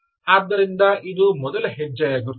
ಆದ್ದರಿಂದ ಇದು ಮೊದಲ ಹೆಜ್ಜೆಯಾಗಿರುತ್ತದೆ